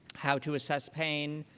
how to assess pain,